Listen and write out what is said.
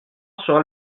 sera